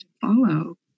Follow